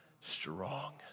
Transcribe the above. strong